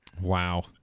Wow